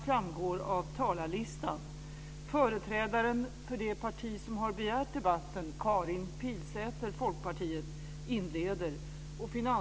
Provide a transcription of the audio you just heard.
Fru talman!